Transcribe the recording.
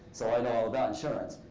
so i know all about insurance.